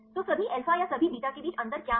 तो सभी अल्फा या सभी बीटा के बीच अंतर क्या है